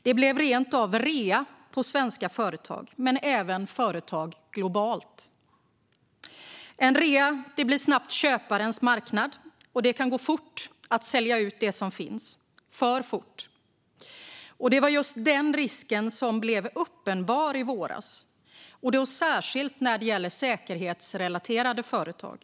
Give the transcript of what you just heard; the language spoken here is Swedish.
Det blev rent av rea på svenska företag men även företag globalt. Vid rea blir det snabbt köparens marknad, och det kan gå fort att sälja ut det som finns - för fort. Det var just den risken som blev uppenbar i våras, särskilt när det gäller säkerhetsrelaterade företag.